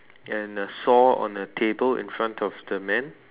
and the saw on the table in front of the man